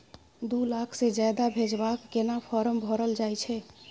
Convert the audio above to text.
दू लाख से ज्यादा भेजबाक केना फारम भरल जाए छै?